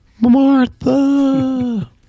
Martha